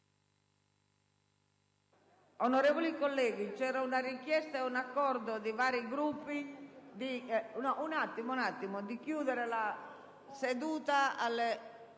Onorevoli colleghi, vi era una richiesta e un accordo di vari Gruppi di terminare la seduta alle